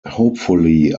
hopefully